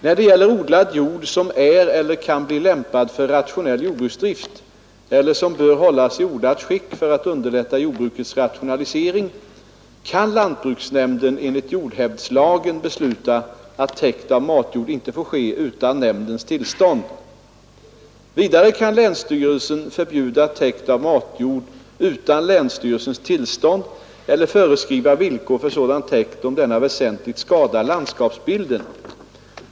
När det gäller odlad jord som är eller kan bli lämpad för rationell jordbruksdrift eller som bör hållas i odlat skick för att underlätta jordbrukets rationalisering kan lantbruksnämnden enligt jordhävdslagen besluta att täkt av matjord inte får ske utan nämndens tillstånd. Vidare kan länsstyrelsen förbjuda täkt av matjord utan länsstyrelsens tillstånd eller föreskriva villkor för sådan täkt om denna väsentligt skadar landskapsbilden.